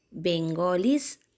Bengalis